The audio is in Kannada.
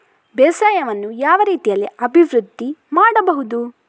ಬೇಸಾಯವನ್ನು ಯಾವ ರೀತಿಯಲ್ಲಿ ಅಭಿವೃದ್ಧಿ ಮಾಡಬಹುದು?